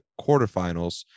quarterfinals